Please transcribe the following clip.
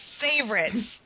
favorites